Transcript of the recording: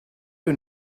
you